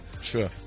Sure